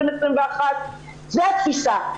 זו התפיסה.